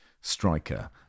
striker